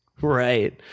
right